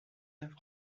neuf